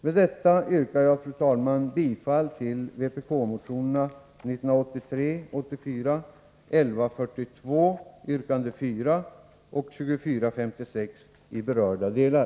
Med detta yrkar jag, fru talman, bifall till vpk-motionerna 1983/84:1142 och 2456 i berörda delar.